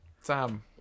Sam